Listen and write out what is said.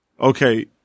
okay